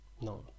No